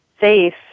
safe